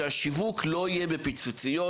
שהשיווק לא יהיה בפיצוציות,